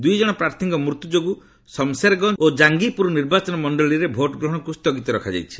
ଦୁଇଜଣ ପ୍ରାର୍ଥୀଙ୍କ ମୃତ୍ୟୁ ଯୋଗୁଁ ସମସେରଗଞ୍ଜ ଓ ଜାଙ୍ଗିପୁର ନିର୍ବାଚନ ମଣ୍ଡଳୀରେ ଭୋଟ ଗ୍ରହଣକୁ ସ୍ଥଗିତ ରଖାଯାଇଛି